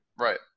Right